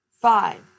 five